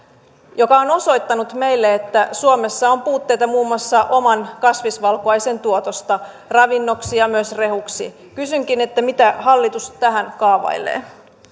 joka on osoittanut meille että suomessa on puutteita muun muassa oman kasvisvalkuaisen tuotossa ravinnoksi ja myös rehuksi kysynkin mitä hallitus tähän kaavailee